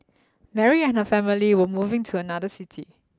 Mary and her family were moving to another city